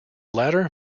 latter